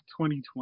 2020